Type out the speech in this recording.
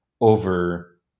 over